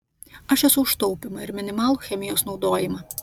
aš esu už taupymą ir minimalų chemijos naudojimą